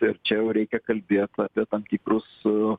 verčiau reikia kalbėt apie tam tikrus